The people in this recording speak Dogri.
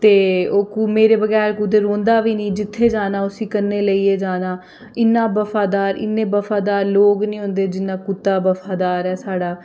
ते ओह् मेरे बगैर कुतै रौंह्दा बी नेईं जित्थें जाना उसी कन्नै लेइयै जाना इन्ना बफादार इन्ने बफादार लोग नी होंदे जिन्ना कुत्ता बफादार ऐ साढ़ा